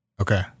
Okay